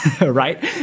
right